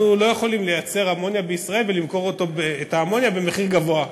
אנחנו לא יכולים לייצר אמוניה בישראל ולמכור את האמוניה במחיר גבוה,